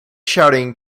shouting